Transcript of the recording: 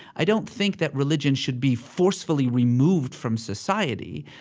i don't think that religion should be forcefully removed from society.